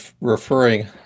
referring